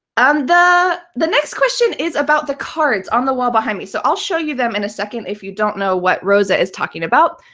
um the the next question is about the cards on the wall behind me. so i'll show you them in a second, if you don't know what rosa is talking about.